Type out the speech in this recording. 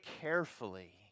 carefully